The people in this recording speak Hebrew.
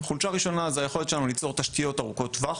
חולשה ראשונה זו היכולת שלנו ליצור תשתיות ארוכות טווח.